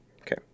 Okay